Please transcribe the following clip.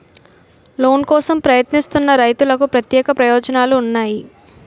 Loan కోసం ప్రయత్నిస్తున్న రైతులకు ప్రత్యేక ప్రయోజనాలు ఉన్నాయా?